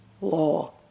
law